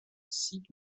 cite